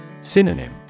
Synonym